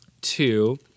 Two